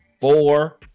four